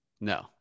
No